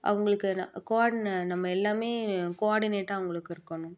அவங்களுக்கு நம்ம எல்லாம் கோஆடினேட்டாக அவங்களுக்கு இருக்கணும்